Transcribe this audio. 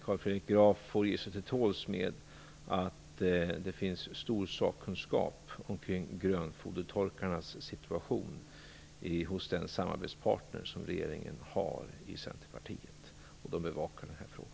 Carl Fredrik Graf får ge sig till tåls med beskedet att det finns stor sakkunskap omkring grönfodertorkarnas situation hos den samarbetspartner som regeringen har i Centerpartiet. De bevakar denna fråga.